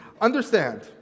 understand